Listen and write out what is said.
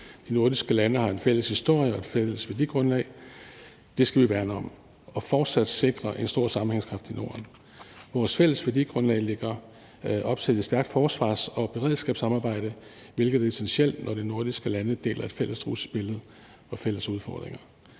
De nordiske lande har en fælles historie og et fælles værdigrundlag. Det skal vi værne om og fortsat sikre en stor sammenhængskraft i Norden. Vores fælles værdigrundlag lægger op til et stærkt forsvars- og beredskabssamarbejde, hvilket er essentielt, når de nordiske lande deler fælles trusselsbillede og fælles udfordringer.